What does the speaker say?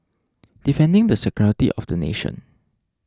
defending the security of the nation